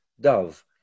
Dove